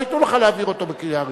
לא ייתנו לך להעביר אותו בקריאה ראשונה,